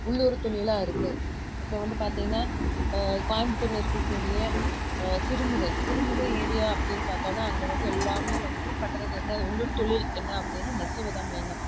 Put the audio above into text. உள்ளூர் தொழிலாக இருக்குது இப்போ வந்து பார்த்தீங்னா கோயமுத்தூரில் இருக்கக்கூடிய சிறுமுகை சிறுமுகை ஏரியா அப்படினு பார்த்தோனா அங்கே வந்து எல்லாமே வந்து பண்ணுறது என்ன உள்ளூர் தொழில் என்ன அப்படினா நெசவுதான் மெயினா